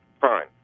Fine